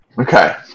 Okay